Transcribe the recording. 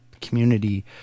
community